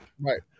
Right